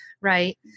right